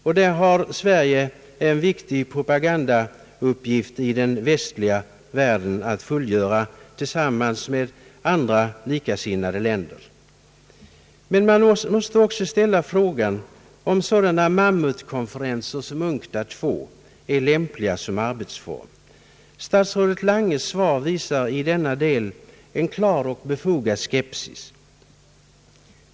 Därvidlag har Sverige en viktig propagandauppgift i den västliga världen att fullgöra tillsammans med andra likasinnade länder. Men man måste också ställa frågan om sådana mammutkonferenser som UNCTAD II är lämpliga som arbetsform. Statsrådet Langes svar visar i denna del en klar och befogad skepsis.